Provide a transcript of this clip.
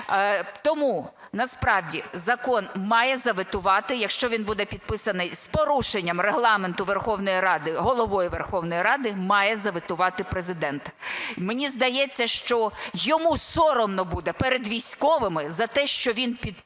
Тому насправді закон має заветувати, якщо він буде підписаний з порушенням Регламенту Верховної Ради Головою Верховної Ради, має заветувати Президент. Мені здається, що йому соромно буде перед військовими за те, що він підпише